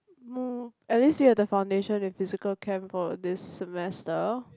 at least you had the foundation in physical chem for this semester